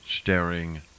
staring